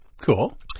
Cool